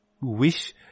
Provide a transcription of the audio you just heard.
Wish